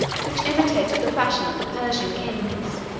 which imitated the fashion of the persian kings.